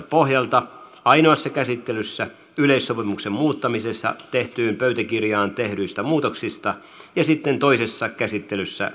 pohjalta ainoassa käsittelyssä yleissopimuksen muuttamisesta tehtyyn pöytäkirjaan tehdyistä muutoksista ja sitten toisessa käsittelyssä